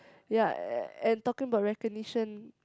ya and talking about recognition